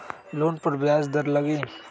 Loan पर ब्याज दर लगी?